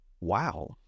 Wow